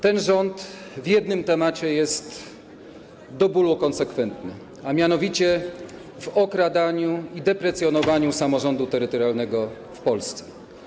Ten rząd w jednym jest do bólu konsekwentny, a mianowicie w okradaniu i deprecjonowaniu samorządu terytorialnego w Polsce.